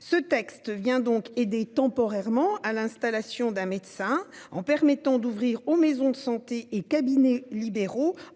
Ce texte vient donc aider temporairement à l'installation des médecins, en permettant aux maisons de santé et cabinets libéraux